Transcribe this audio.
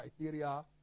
criteria